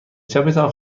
چپتان